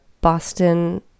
Boston